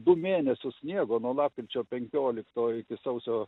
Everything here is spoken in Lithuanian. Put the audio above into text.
du mėnesius sniego nuo lapkričio penkioliktoji iki sausio